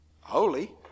holy